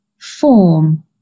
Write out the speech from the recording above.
form